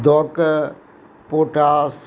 दऽ कऽ पोटाश